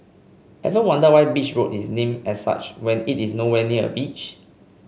ever wonder why Beach Road is named as such when it is nowhere near a beach